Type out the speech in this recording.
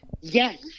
Yes